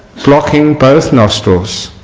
blocking both nostrils.